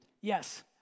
Yes